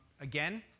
Again